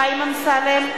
אמסלם,